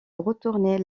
retourner